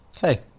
hey